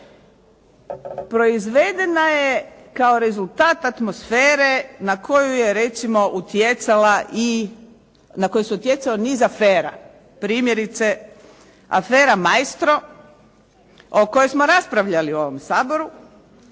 proizvedena je kao rezultat atmosfere na koju je recimo utjecala i na koji su utjecale niz afera. Primjerice, afera Maestro o kojoj smo raspravljali u ovom Saboru,